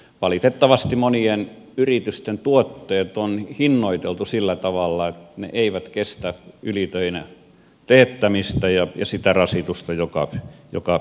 valitettavasti monien yritysten tuotteet on hinnoiteltu sillä tavalla että ne eivät kestä ylitöinä teettämistä ja sitä rasitusta joka ylitöistä tulee